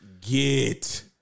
get